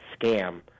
scam